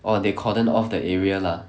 orh they cordon off the area lah